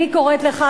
אני קוראת לך,